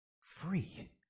free